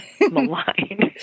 maligned